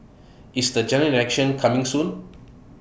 is the General Election coming soon